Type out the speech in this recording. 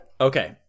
okay